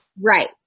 Right